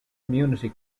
community